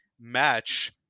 match